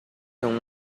son